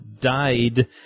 died